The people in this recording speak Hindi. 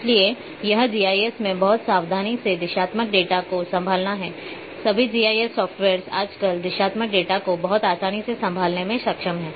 इसलिए यह जीआईएस में बहुत सावधानी से दिशात्मक डेटा को संभालना है सभी जीआईएस सॉफ्टवेयर्स आजकल दिशात्मक डेटा को बहुत आसानी से संभालने में सक्षम हैं